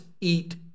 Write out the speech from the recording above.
eat